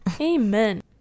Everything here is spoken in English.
Amen